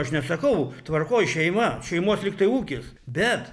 aš nesakau tvarkoj šeima šeimos lyktai ūkis bet